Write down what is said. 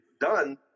done